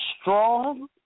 strong